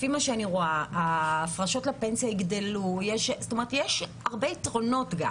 לפי מה שאני רואה יש גם הרבה יתרונות.